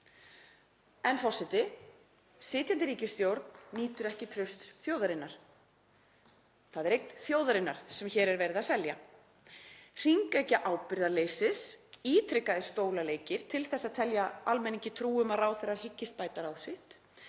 Forseti. Sitjandi ríkisstjórn nýtur ekki trausts þjóðarinnar. Það er eign þjóðarinnar sem hér er verið að selja. Hringekja ábyrgðarleysis og ítrekaðir stólaleikir til þess að telja almenningi trú um að ráðherra hyggist bæta ráð sitt